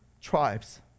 tribes